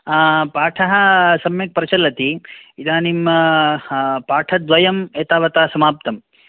पाठः सम्यक् प्रचलति इदानीं पाठद्वयम् एतावता समाप्तम्